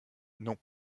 non